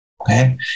Okay